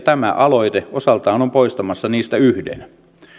tämä aloite osaltaan on poistamassa niistä yhden